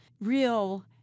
real